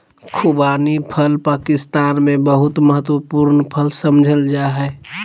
खुबानी फल पाकिस्तान में बहुत महत्वपूर्ण फल समझल जा हइ